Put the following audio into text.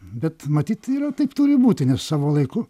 bet matyt yra taip turi būti nes savo laiku